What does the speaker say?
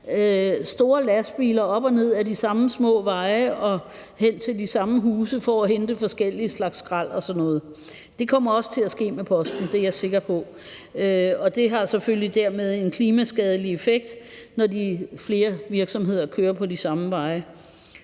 store lastbiler op og ned ad de samme små veje og hen til de samme huse for at hente forskellig slags skrald og sådan noget. Det kommer også til at ske med posten, det er jeg sikker på, og det har selvfølgelig dermed en klimaskadelig effekt, når flere virksomheder kører på de samme veje.